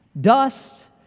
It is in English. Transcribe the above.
dust